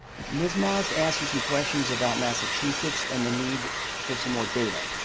ms. moss asked you some questions about massachusetts and the need for some more data.